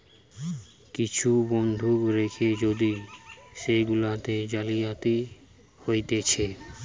কিছু বন্ধক রেখে যদি সেগুলাতে জালিয়াতি হতিছে